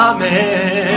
Amen